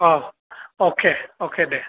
औ अके अके दे